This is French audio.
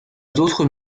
d’autres